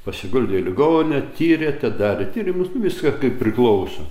pasiguldė į ligoninę tyrė ten darė tyrimus nu viską kaip priklauso